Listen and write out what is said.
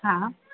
हा